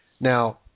now